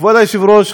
כבוד היושב-ראש,